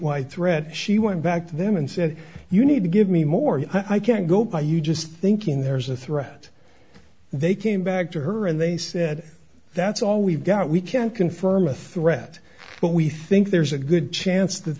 wide threat she went back to them and said you need to give me more i can't go by you just thinking there's a threat they came back to her and they said that's all we've got we can't confirm a threat but we think there's a good chance that